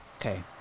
Okay